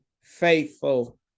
faithful